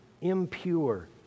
impure